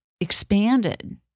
expanded